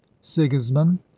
sigismund